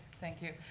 thank you,